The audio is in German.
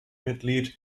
mitglied